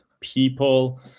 People